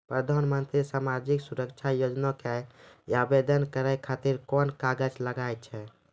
प्रधानमंत्री समाजिक सुरक्षा योजना के आवेदन करै खातिर कोन कागज लागै छै?